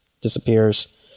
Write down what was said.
disappears